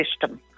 system